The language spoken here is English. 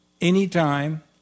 anytime